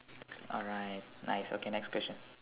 alright nice okay next question